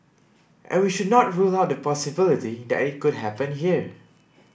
and we should not rule out the possibility that it could happen here